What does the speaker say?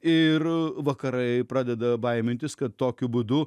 ir vakarai pradeda baimintis kad tokiu būdu